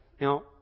Now